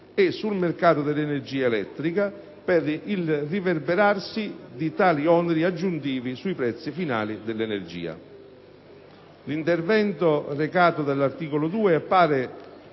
e sul mercato dell'energia elettrica, per il riverberarsi di tali oneri aggiuntivi sui prezzi finali dell'energia. L'intervento recato dall'articolo 2 appare